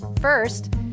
First